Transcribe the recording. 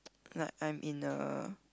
like I'm in the